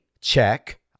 check